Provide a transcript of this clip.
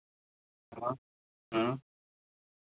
हाँ हाँ